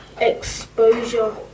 exposure